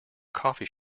coffee